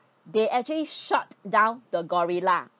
they actually shot down the gorilla